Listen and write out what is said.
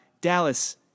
Dallas